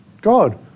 God